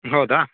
ಹೌದಾ